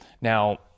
Now